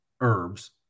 herbs